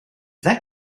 that